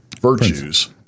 virtues—